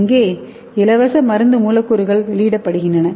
இங்கே இலவச மருந்து மூலக்கூறுகள் வெளியிடப்படுகின்றன